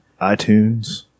iTunes